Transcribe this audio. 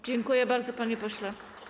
Dziękuję bardzo, panie pośle.